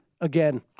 Again